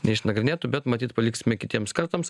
neišnagrinėtų bet matyt paliksime kitiems kartams